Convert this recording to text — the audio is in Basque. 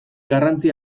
garrantzi